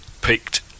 picked